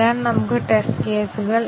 ഇപ്പോൾ നമുക്ക് path testing നോക്കാം